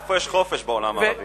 איפה יש חופש בעולם הערבי?